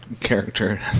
character